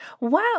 Wow